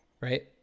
right